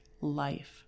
life